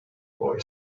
boy